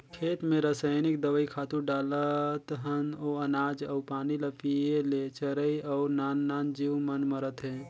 खेत मे रसइनिक दवई, खातू डालत हन ओ अनाज अउ पानी ल पिये ले चरई अउ नान नान जीव मन मरत हे